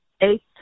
eight